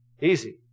Easy